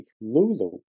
lulu